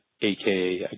aka